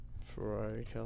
Ferrari